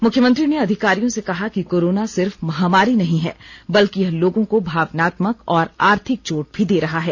मुख्यमंत्री ने अधिकारियों से कहा कि कोरोना सिर्फ महामारी नहीं है बल्कि यह लोगों को भावनात्मक और आर्थिक चोट भी दे रहा है